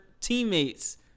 teammates